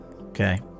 okay